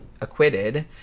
acquitted